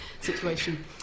situation